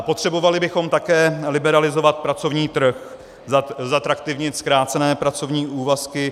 Potřebovali bychom také liberalizovat pracovní trh, zatraktivnit zkrácené pracovní úvazky.